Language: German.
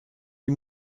die